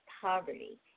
poverty